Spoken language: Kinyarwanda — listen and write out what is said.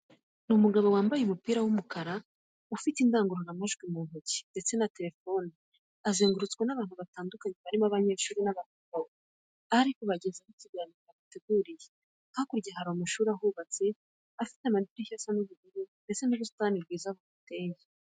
Ni umugabo wambaye umupira w'umukara ufite indangururamajwi mu ntoki ndetse na telefone. Azengurutwe n'abantu batandukanye barimo abanyeshuri n'abaturage, aho ari kubagezaho ikiganiro yabateguriye. Hakurya hari amashuri ahubatse afite amadirishya asa ubururu ndetse n'ubusitani bwiza buhateye.